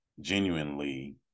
genuinely